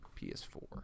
ps4